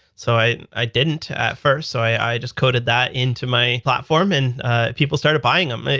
so i i didn't at first. so i just coded that into my platform and people started buying them.